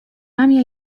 ramię